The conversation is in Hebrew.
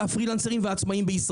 הפרילנסרים והעצמאיים.